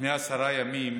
לפני עשרה ימים